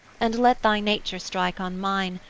and let thy nature strike on mine,